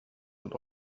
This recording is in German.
und